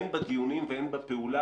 הן בדיונים והן בפעולה,